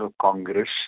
Congress